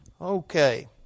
Okay